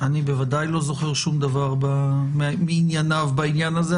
אני בוודאי לא זוכר שום דבר מענייניו בעניין הזה,